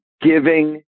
giving